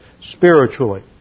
spiritually